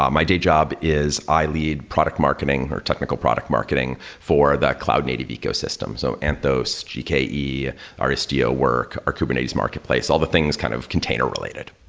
um my day job is by lead product marketing or technical product marketing for the cloud native ecosystem. so anthos, gke, our istio work, our kubernetes marketplace. all the things kind of container related.